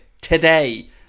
Today